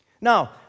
Now